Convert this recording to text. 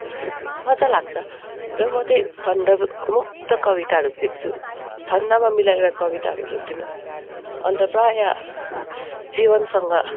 मजा लाग्छ र म चाहिँ छन्दमुक्त कविताहरू लेख्छु छन्दमा मिलाएर कविताहरू लेख्दिनँ अन्त प्रायः जीवनसँग